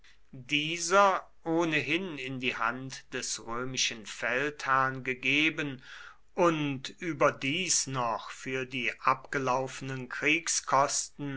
dieser ohnehin in die hand des römischen feldherrn gegeben und überdies noch für die abgelaufenen